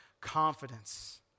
confidence